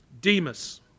Demas